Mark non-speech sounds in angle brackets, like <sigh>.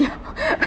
year <laughs>